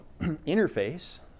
interface